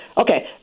Okay